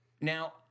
Now